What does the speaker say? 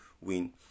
win